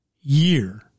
year